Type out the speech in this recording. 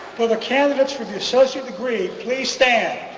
for the candidates for the associate degree please stand.